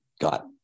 got